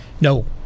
No